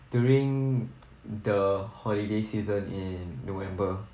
during the holiday season in november